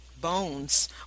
bones